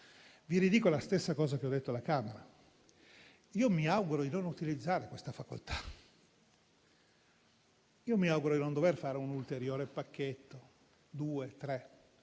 Vi ridico la stessa cosa che ho detto alla Camera: io mi auguro di non utilizzare questa facoltà e di non dover fare un'ulteriore pacchetto (il